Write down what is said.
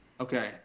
okay